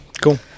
cool